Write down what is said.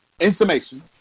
information